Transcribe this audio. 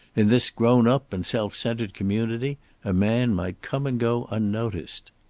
in this grown-up and self-centered community a man might come and go unnoticed.